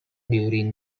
during